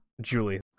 Julie